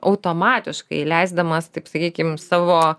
automatiškai leisdamas taip sakykim savo